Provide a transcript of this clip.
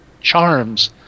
charms